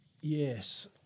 Yes